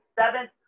seventh